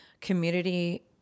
community